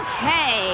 Okay